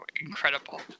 incredible